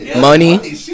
Money